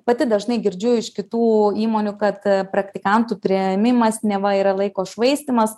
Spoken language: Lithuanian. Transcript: pati dažnai girdžiu iš kitų įmonių kad praktikantų priėmimas neva yra laiko švaistymas